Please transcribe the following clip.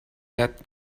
that